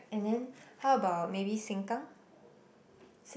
and then how about maybe Sengkang